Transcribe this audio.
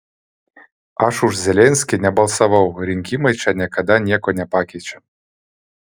aš už zelenskį nebalsavau rinkimai čia niekada nieko nepakeičia